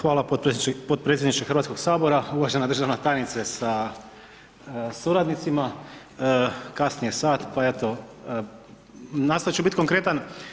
Hvala potpredsjedniče Hrvatskoga sabora, uvažena državna tajnice sa suradnicima, kasni je sat pa eto nastojati ću biti konkretan.